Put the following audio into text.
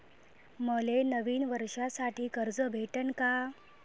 मले नवीन वर्षासाठी कर्ज भेटन का?